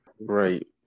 Right